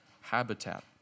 habitat